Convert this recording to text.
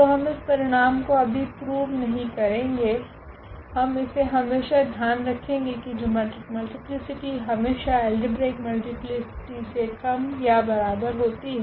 तो हम इस परिणाम को अभी प्रूव नहीं करेगे हम इसे हमेशा ध्यान रखेगे की जिओमेट्रिक मल्टीप्लीसिटी हमेशा अल्जेब्रिक मल्टीप्लीसिटी से कम या बराबर होती है